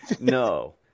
No